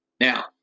Now